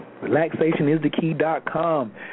Relaxationisthekey.com